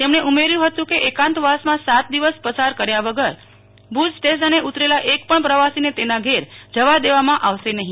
તેમને ઉમેર્યું હતું કે એકાંતવાસ માં સાત દિવસ પસાર કર્યા વગર ભુજ સ્ટેશન એ ઉતરેલા એક પણ પ્રવાસી ને તેના ઘેર જવા દેવા માં આવશે નહીં